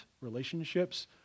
relationships